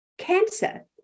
Cancer